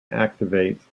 activates